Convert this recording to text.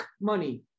money